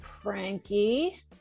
Frankie